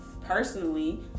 personally